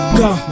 go